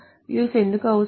views ఎందుకు అవసరం